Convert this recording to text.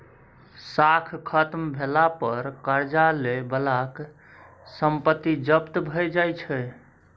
साख खत्म भेला पर करजा लए बलाक संपत्ति जब्त भए जाइ छै